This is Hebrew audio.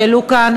שהם העלו כאן.